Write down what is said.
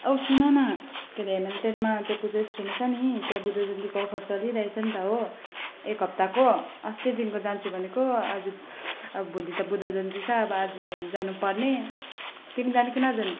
औ सुन न के अरे हेमिल्टनमा त्यो पूजा स्टोरमा छ नि त्यहाँ बुद्ध जयन्तीको अफर चलिरहेछ नि त हो एक हप्ताको अस्तिदेखिको जान्छु भनेको आज अब भोलि त बुद्ध जयन्ती छ अब आज जानु पर्ने तिमी जाने कि नजाने